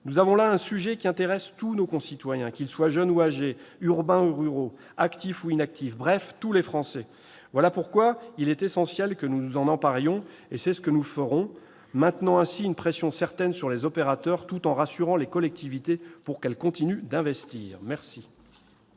nous avons là un sujet qui intéresse tous nos concitoyens, qu'ils soient jeunes ou âgés, urbains ou ruraux, actifs ou inactifs. Voilà pourquoi il est essentiel que nous nous en emparions, et c'est ce que nous ferons, maintenant ainsi une pression certaine sur les opérateurs tout en rassurant les collectivités, pour qu'elles continuent d'investir. La